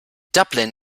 dublin